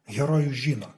herojai žino